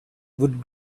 would